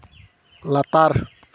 ᱞᱟᱛᱟᱨ